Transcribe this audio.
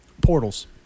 Portals